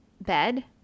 bed